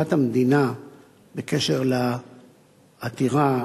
תשובת המדינה בקשר לעתירה